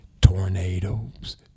tornadoes